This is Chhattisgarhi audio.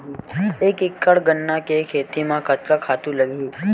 एक एकड़ गन्ना के खेती म कतका खातु लगही?